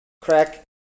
crack